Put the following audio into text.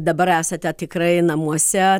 dabar esate tikrai namuose